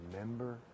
Remember